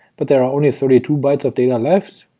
but there are only thirty two bytes of data left,